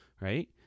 Right